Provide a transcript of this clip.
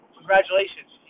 Congratulations